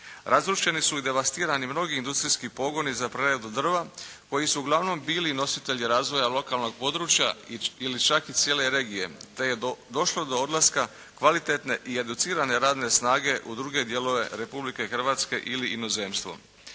Razrušeni su i devastirani mnogi industrijski pogoni za preradu drva koji su uglavnom bili nositelji razvoja lokalnog područja ili čak i cijele regije, te je došlo do odlaska kvalitetne i educirane radne snage u druge dijelove Republike Hrvatske ili inozemstvo.